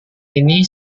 ini